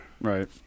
Right